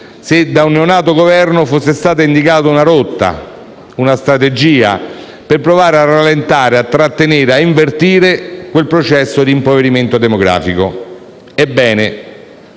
se da un neonato Governo fosse stata indicata una rotta, una strategia per provare a rallentare, a trattenere, a invertire quel processo di impoverimento demografico. Ebbene,